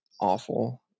awful